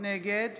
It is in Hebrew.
נגד